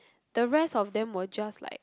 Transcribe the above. the rest of them were just like